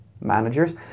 managers